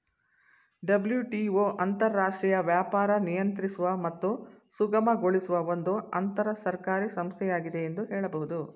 WTO ಅಂತರರಾಷ್ಟ್ರೀಯ ವ್ಯಾಪಾರ ನಿಯಂತ್ರಿಸುವ ಮತ್ತು ಸುಗಮಗೊಳಿಸುವ ಒಂದು ಅಂತರಸರ್ಕಾರಿ ಸಂಸ್ಥೆಯಾಗಿದೆ ಎಂದು ಹೇಳಬಹುದು